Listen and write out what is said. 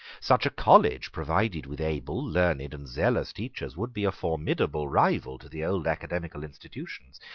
such a college, provided with able, learned, and zealous teachers, would be a formidable rival to the old academical institutions,